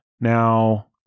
Now